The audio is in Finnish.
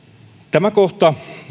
tämä kohta